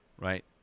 right